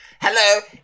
Hello